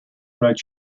wrote